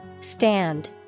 Stand